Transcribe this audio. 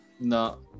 No